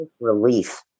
relief